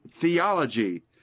theology